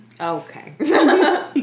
okay